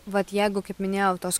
vat jeigu kaip minėjau tos